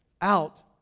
out